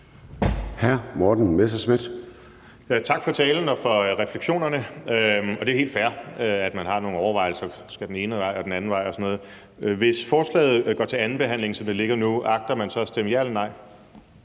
Morten Messerschmidt (DF): Tak for talen og for refleksionerne. Og det er helt fair, at man har nogle overvejelser – om man skal den ene vej eller den anden vej og sådan noget. Hvis forslaget går til anden behandling, som det ligger nu, agter man så at stemme ja eller nej?